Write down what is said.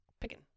picking